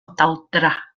daldra